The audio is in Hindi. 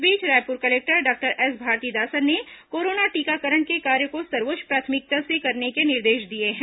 इस बीच Raipur collector doctor S Bharathidasan ने कोरोना टीकाकरण के कार्य को सर्वोच्च प्राथमिकता से करने के निर्देश दिए हैं